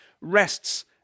rests